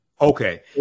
Okay